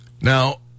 Now